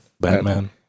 Batman